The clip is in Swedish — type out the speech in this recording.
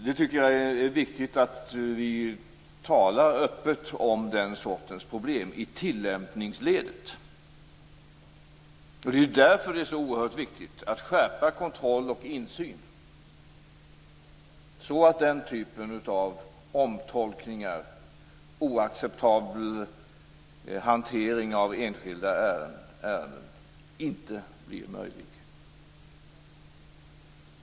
Jag tycker att det är viktigt att vi talar öppet om den sortens problem i tillämpningsledet. Det är ju oerhört viktigt att skärpa kontroll och insyn så att den typen av omtolkningar och oacceptabel hantering av enskilda ärenden inte möjliggörs.